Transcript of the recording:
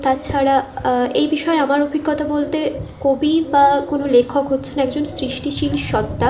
তা ছাড়া এই বিষয়ে আমার অভিজ্ঞতা বলতে কবি বা কোনো লেখক হচ্ছেন একজন সৃষ্টিশীল সত্তা